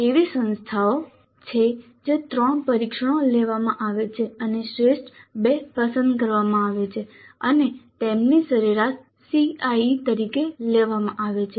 એવી સંસ્થાઓ છે જ્યાં 3 પરીક્ષણો લેવામાં આવે છે અને શ્રેષ્ઠ 2 પસંદ કરવામાં આવે છે અને તેમની સરેરાશ CIE તરીકે લેવામાં આવે છે